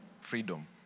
freedom